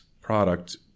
product